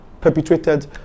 perpetrated